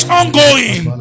ongoing